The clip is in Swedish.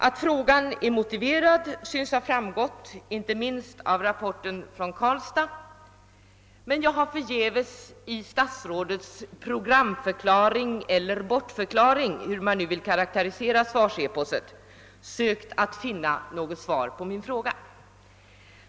Att frågan är motiverad synes ha framgått inte minst av rapporten från Karlstad, men jag har förgäves i statsrådets programförklaring — eller bortförklaring, hur man nu vill karakterisera detta svarsepos — sökt finna något svar på min fråga.